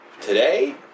Today